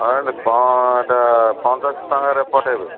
ଆଉ କ'ଣ ଏଟା ପଞ୍ଚାଅଶୀ ଟଙ୍କାରେ ପଠେଇବେ